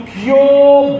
pure